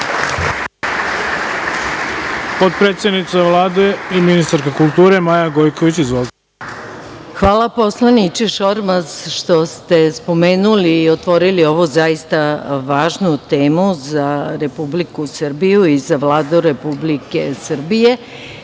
potpredsednica Vlade i ministarka kulture Maja Gojković. Izvolite.